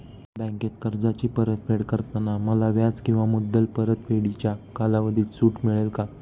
बँकेत कर्जाची परतफेड करताना मला व्याज किंवा मुद्दल परतफेडीच्या कालावधीत सूट मिळेल का?